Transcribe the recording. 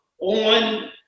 on